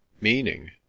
meaning